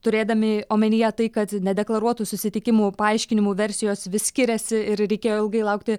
turėdami omenyje tai kad nedeklaruotų susitikimų paaiškinimų versijos vis skiriasi ir reikėjo ilgai laukti